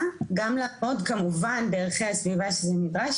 גם לעוד כמובן בערכי הסביבה שזה נדרש,